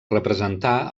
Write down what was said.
representar